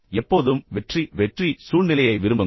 எப்போதும் வெற்றி வெற்றி சூழ்நிலையை விரும்புங்கள்